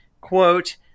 quote